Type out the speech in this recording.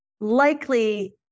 likely